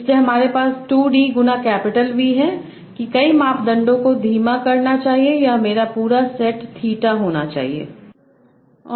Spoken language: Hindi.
इसलिए हमारे पास 2d गुना कैपिटल V है कि कई मापदंडों को धीमा करना चाहिए यह मेरा पूरा सेट थीटा होना चाहिए